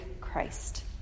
Christ